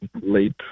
late